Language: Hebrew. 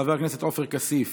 חבר הכנסת עופר כסיף,